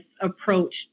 approach